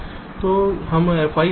तो हम fi लेते हैं